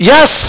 Yes